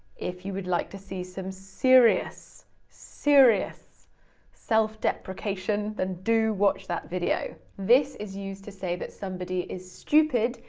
if you would like to see some serious, serious self-deprecation, then do watch that video. this is used to say that somebody is stupid,